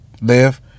live